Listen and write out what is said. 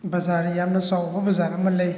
ꯕꯖꯥꯔ ꯌꯥꯝꯅ ꯆꯥꯎꯕ ꯕꯖꯥꯔ ꯑꯩꯃ ꯂꯩ